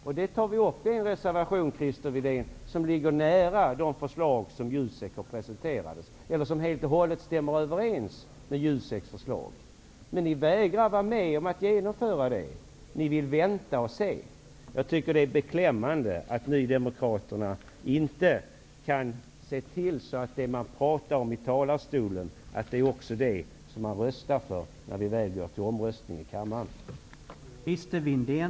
Det tar vi socialdemokrater upp i en reservation, Christer Windén, som ligger nära eller t.o.m. helt stämmer överens med de förslag som JUSEK har presenterat. Men ni vägrar vara med om att genomföra det. Ni vill vänta och se. Jag tycker att det är beklämmande att nydemokraterna inte kan se till att det som de pratar om i talarstolen också är det de röstar för när vi väl går till omröstning i kammaren.